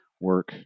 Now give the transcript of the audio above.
work